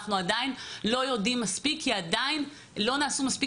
אנחנו עדיין לא יודעים מספיק כי עדיין לא נעשו מספיק